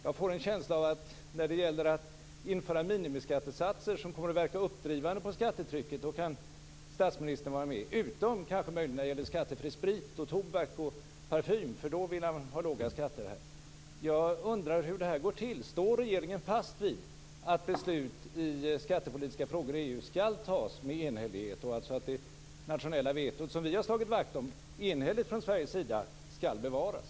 Man får en känsla av att när det gäller att införa minimiskattesatser som kommer att verka uppdrivande på skattetrycket kan statsministern vara med, utom kanske möjligen när det gäller skattefri sprit, tobak och parfym. Då vill han ha låga skatter. Jag undrar hur det går till. Står regeringen fast vid att beslut i skattepolitiska frågor i EU skall fattas med enhällighet, alltså att det nationella veto som vi från Sveriges sida enhälligt slagit vakt om skall bevaras?